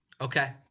Okay